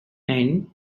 and